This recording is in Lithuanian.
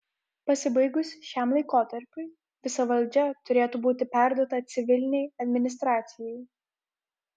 pasibaigus šiam laikotarpiui visa valdžia turėtų būti perduota civilinei administracijai